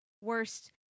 worst